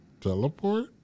teleport